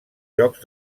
jocs